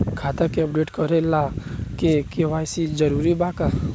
खाता के अपडेट करे ला के.वाइ.सी जरूरी बा का?